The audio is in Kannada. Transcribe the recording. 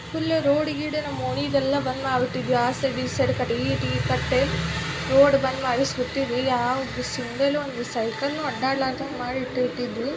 ಫುಲ್ ರೋಡ್ ಗೀಡ್ ನಮ್ಮ ಓಣಿಯೆಲ್ಲ ಬಂದು ಮಾಡಿಬಿಟ್ಟಿದ್ವಿ ಆ ಸೈಡ್ ಈ ಸೈಡ್ ಕಟ್ಟಿ ಈ ಕಟ್ಟೆ ರೋಡ್ ಬಂದು ಮಾಡಿಸ್ಬಿಟ್ಟಿದ್ವಿ ಯಾವುದೂ ಸಿಂಗಲ್ ಒಂದು ಸೈಕಲ್ನೂ ಅಡ್ಡಾಡ್ಲಾರ್ದಂಗೆ ಮಾಡಿ ಇಟ್ಟಿ ಇಟ್ಟಿದ್ವಿ